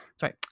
sorry